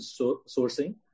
sourcing